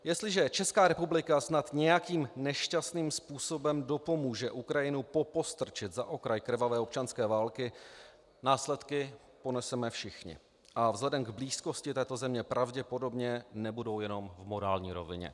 Jestliže Česká republika snad nějakým nešťastným způsobem dopomůže Ukrajinu popostrčit za okraj krvavé občanské války, následky poneseme všichni a vzhledem k blízkosti této země pravděpodobně nebudou jenom v morální rovině.